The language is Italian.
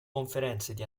conferenze